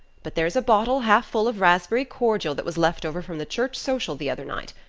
but there's a bottle half full of raspberry cordial that was left over from the church social the other night.